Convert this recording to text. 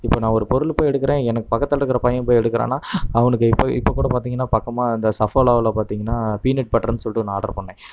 இப்போ நான் ஒரு பொருள் போய் எடுக்கிறேன் எனக்கு பக்கத்தில் இருக்கிற பையன் போய் எடுக்கிறானா அவனுக்கு இப்பவே இப்போ கூட பார்த்திங்கனா பக்கமாக அந்த ஷஃப்போலாவில் பார்த்திங்கனா பீனெட் பட்ருனு சொல்லிட்டு ஒன்று ஆர்ட்ரு பண்ணேன்